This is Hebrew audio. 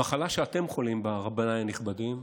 המחלה שאתם חולים בה, רבניי הנכבדים,